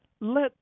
Let